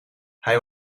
hij